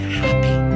happy